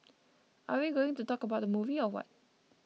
are we going to talk about the movie or what